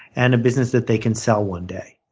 and a business that they can sell one day.